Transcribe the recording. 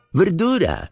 verdura